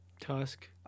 Tusk